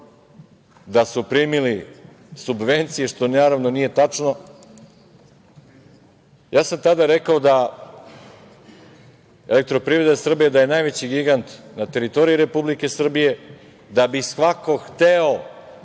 da su primili subvencije, što naravno nije tačno, ja sam tada rekao da je EPS najveći gigant na teritoriji Republike Srbije, da bi svako hteo